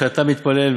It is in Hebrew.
וכשאתה מתפלל,